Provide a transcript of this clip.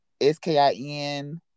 S-K-I-N